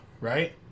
right